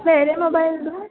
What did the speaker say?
ಬೇರೆ ಮೊಬೈಲ್ದು